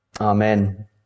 Amen